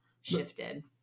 shifted